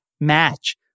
match